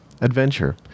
Adventure